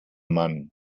mann